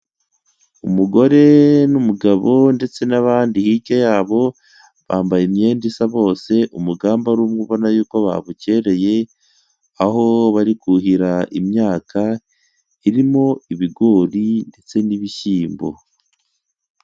Umugore n'umugabo ndetse n'abandi hirya yabo bambaye imyenda isa bose umugamba ari umwe ubona y'uko babukereye aho bari kuhira imyaka irimo ibigori ndetse n'ibishyimbo.